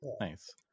nice